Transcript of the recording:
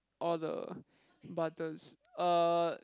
all the buttons uh